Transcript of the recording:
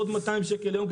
בעוד 200 שקל ליום,